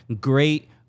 great